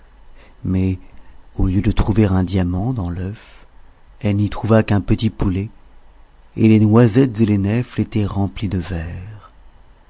mais au lieu de trouver un diamant dans l'œuf elle n'y trouva qu'un petit poulet et les noisettes et les nèfles étaient remplies de vers